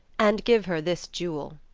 and give her this jewel.